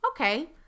okay